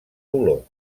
olor